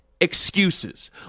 excuses